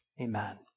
Amen